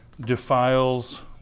Defiles